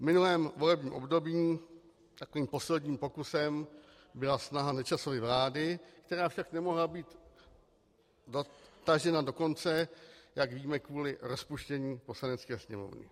V minulém volebním období takovým posledním pokusem byla snaha Nečasovy vlády, která však nemohla být dotažena do konce, jak víme, kvůli rozpuštění Poslanecké sněmovny.